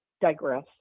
digress